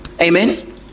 Amen